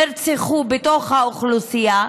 נרצחו בתוך האוכלוסייה,